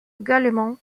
également